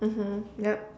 mmhmm yup